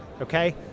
okay